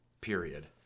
period